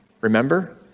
Remember